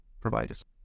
providers